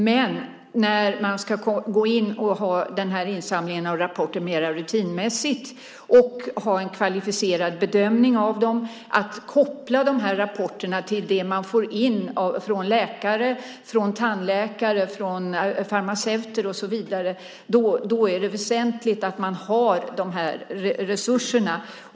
Men när man ska gå in och göra den här insamlingen av rapporter mer rutinmässigt och göra en kvalificerad bedömning av dem, koppla de här rapporterna till det man får in från läkare, från tandläkare, från farmaceuter och så vidare, är det väsentligt att man har de här resurserna.